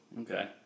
Okay